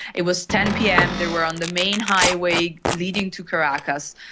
it was ten pm, they were on the main highway leading to caracas.